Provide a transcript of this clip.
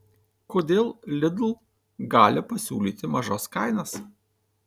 kodėl lidl gali pasiūlyti mažas kainas